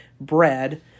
bread